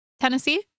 Tennessee